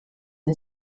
una